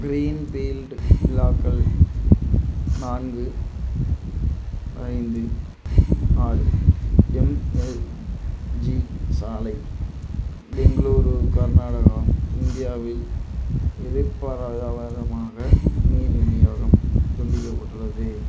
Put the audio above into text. Greenfield வில்லாக்கள் நான்கு ஐந்து ஆறு எம் ஜி சாலை பெங்களூரு கர்நாடகா இந்தியாவில் எதிர்பாராத விதமாக நீர் விநியோகம் துண்டிக்கப்பட்டுள்ளது